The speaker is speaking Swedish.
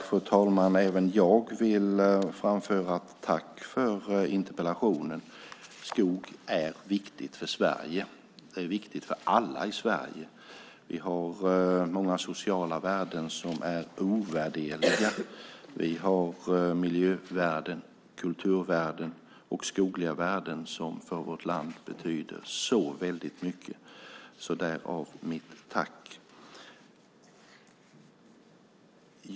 Fru talman! Även jag vill framföra ett tack för interpellationen. Skog är viktigt för Sverige. Det är viktigt för alla i Sverige. Den har många sociala värden som är ovärderliga, miljövärden, kulturvärden och skogliga värden som betyder så mycket för vårt land - därav mitt tack.